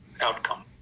outcome